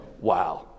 wow